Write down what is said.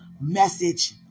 message